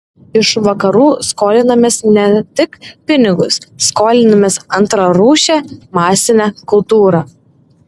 iš vakarų skolinamės ne tik pinigus skolinamės antrarūšę masinę kultūrą